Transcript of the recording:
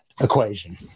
equation